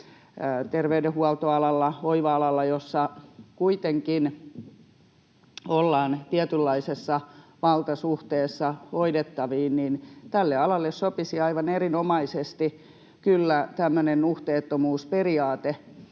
terveydenhuoltoalalla, hoiva-alalla kuitenkin ollaan tietynlaisessa valtasuhteessa hoidettaviin, niin tälle alalle sopisi kyllä aivan erinomaisesti tämmöinen nuhteettomuusperiaate,